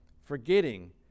forgetting